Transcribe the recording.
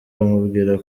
amubwira